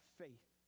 faith